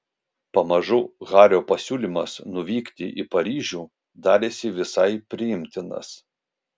pamažu hario pasiūlymas nuvykti į paryžių darėsi visai priimtinas